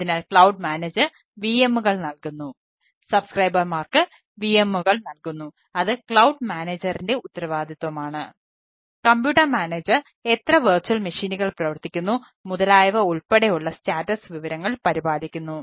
അതിനാൽ ക്ലൌഡ് മാനേജരുടെ ഉപയോഗിക്കുന്നു